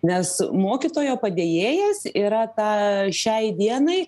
nes mokytojo padėjėjas yra ta šiai dienai